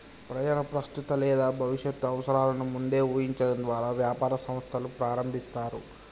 ప్రజలు ప్రస్తుత లేదా భవిష్యత్తు అవసరాలను ముందే ఊహించడం ద్వారా వ్యాపార సంస్థలు ప్రారంభిస్తారు